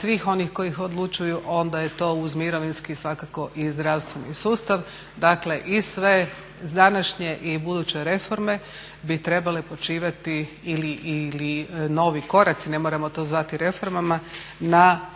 svih oni koji odlučuju onda je to uz mirovinski svakako i zdravstveni sustav. Dakle i sve današnje i buduće reforme bi trebale počivati ili novi koraci, ne moramo to zvati reformama na